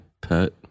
pet